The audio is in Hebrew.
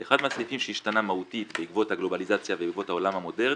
אחד מהסעיפים שהשתנה מהותית בעקבות הגלובליזציה ובעקבות העולם המודרני,